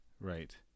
Right